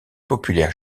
populaire